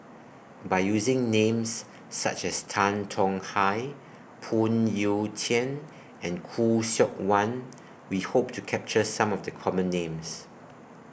By using Names such as Tan Tong Hye Phoon Yew Tien and Khoo Seok Wan We Hope to capture Some of The Common Names